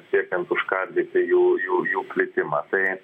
siekiant užkardyti jų jų jų plitimą tai